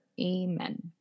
Amen